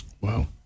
Wow